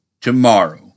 tomorrow